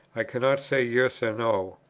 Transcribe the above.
i cannot say yes or no.